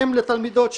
אם לתלמידות שלה,